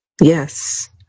Yes